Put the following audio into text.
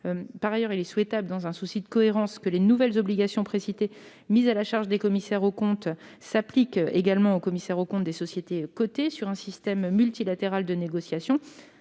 Par ailleurs, il est souhaitable, dans un souci de cohérence, que les nouvelles obligations précitées, mises à la charge des commissaires aux comptes, s'appliquent également aux commissaires aux comptes des sociétés cotées sur un système multilatéral de négociation.